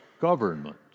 government